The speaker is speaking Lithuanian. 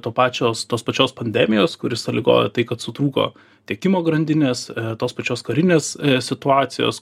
to pačios tos pačios pandemijos kuris sąlygojo tai kad sutrūko tiekimo grandinės tos pačios karinės situacijos